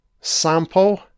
Sample